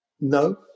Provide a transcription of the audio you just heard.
No